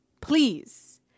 please